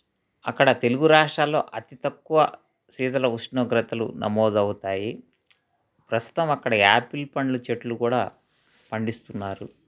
అక్కడ తెలుగు రాష్ట్రాల్లో అతి తక్కువ శీతల ఉష్ణోగ్రతలు నమోదు అవుతాయి ప్రస్తుతం అక్కడ యాపిల్ పండ్లు చెట్లు కూడా పండిస్తున్నారు